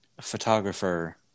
photographer